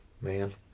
man